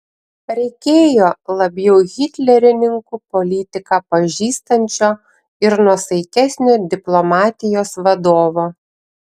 reikėjo labiau hitlerininkų politiką pažįstančio ir nuosaikesnio diplomatijos vadovo